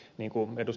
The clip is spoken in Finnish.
niin kuin ed